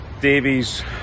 Davies